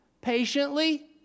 patiently